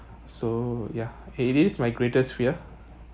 so ya it is my greatest fear